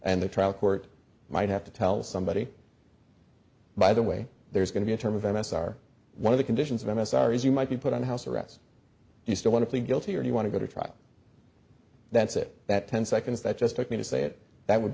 and the trial court might have to tell somebody by the way there's going to be a term of m s r one of the conditions of m s r is you might be put on house arrest you still want to plead guilty or you want to go to trial that's it that ten seconds that just took me to say it that would